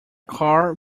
car